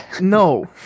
No